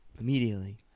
Immediately